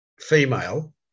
female